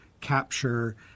capture